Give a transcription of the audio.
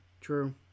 True